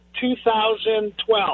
2012